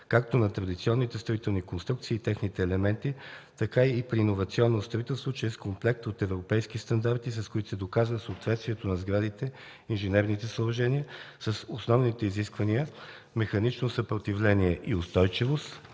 както на традиционните строителни конструкции и техните елементи, така и при иновационно строителство чрез комплект от европейски стандарти, с които се доказва съответствието на сградите, на инженерните съоръжения с основните изисквания „Механично съпротивление и устойчивост“,